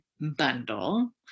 Bundle